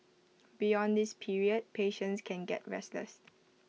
beyond this period patients can get restless